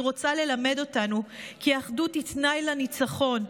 רוצה ללמד אותנו כי אחדות היא תנאי לניצחון.